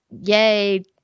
yay